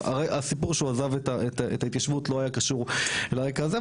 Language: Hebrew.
הרי הסיפור שהוא עזב את ההתיישבות לא היה קשור לרקע הזה,